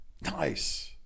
Nice